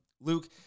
Luke